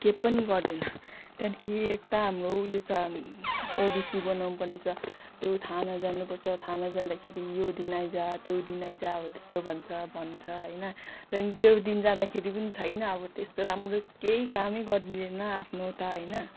के पनि गर्दैन त्यहाँदेखि एक ता हाम्रो उयो छ ओबिसी बनाउनुपर्ने छ त्यो थाना जानुपर्छ थाना जाँदाखेरि यो दिन आइज त्यो दिन आइज हो त्यस्तो भन्छ भन्छ होइन त्यहाँदेखि त्यो दिन जाँदाखेरि पनि छैन अब त्यस्तो राम्रो केही कामै गरिदिँदैन आफ्नो त होइन